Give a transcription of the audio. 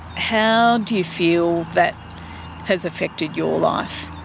how do you feel that has affected your life?